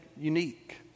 unique